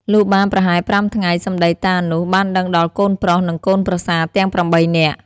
លុះបានប្រហែល៥ថ្ងៃសំដីតានោះ បានដឹងដល់កូនប្រុស និងកូនប្រសាទាំង ៨ នាក់។